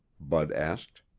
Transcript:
bud asked.